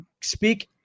speak